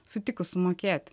sutikus sumokėti